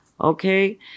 Okay